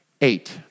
eight